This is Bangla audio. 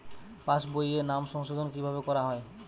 পাশ বইয়ে নাম সংশোধন কিভাবে করা হয়?